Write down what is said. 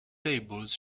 tables